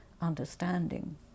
understanding